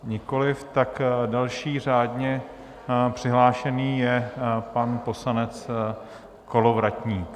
Nikoliv, tak další řádně přihlášený je pan poslanec Kolovratník.